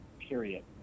period